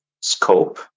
scope